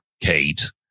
Kate